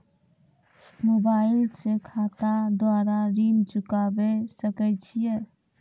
Mobile से खाता द्वारा ऋण चुकाबै सकय छियै?